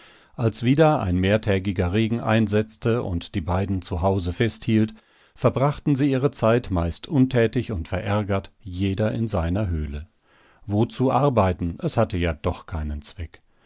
als wieder ein mehrtägiger regen einsetzte und die beiden zu hause festhielt verbrachten sie ihre zeit meist untätig und verärgert jeder in seiner höhle wozu arbeiten es hatte ja doch keinen zweck